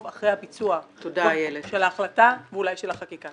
אחרי הביצוע של ההחלטה ואולי של החקיקה.